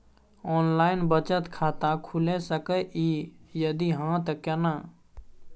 Online बचत खाता खुलै सकै इ, यदि हाँ त केना?